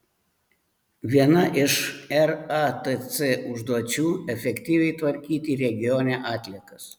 viena iš ratc užduočių efektyviai tvarkyti regione atliekas